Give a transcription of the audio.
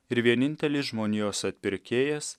ir vienintelis žmonijos atpirkėjas